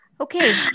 Okay